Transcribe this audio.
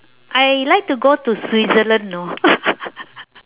I like to go to switzerland know